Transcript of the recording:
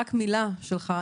רק מילה שלך,